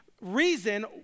reason